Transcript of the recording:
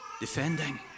defending